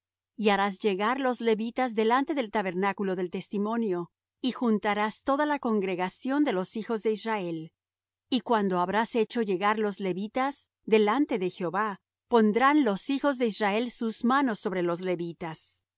y harás llegar los levitas delante del tabernáculo del testimonio y juntarás toda la congregación de los hijos de israel y cuando habrás hecho llegar los levitas delante de jehová pondrán los hijos de israel sus manos sobre los levitas